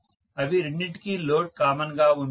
అవి రెండింటికి load common గా ఉంటుంది